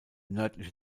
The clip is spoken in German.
nördliche